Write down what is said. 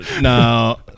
No